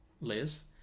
Liz